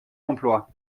emploi